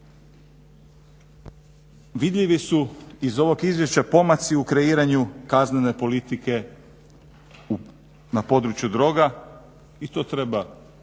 Vidljivi su iz ovog izvješća pomaci u kreiranju kaznene politike na području droga i to treba javno